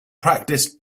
practiced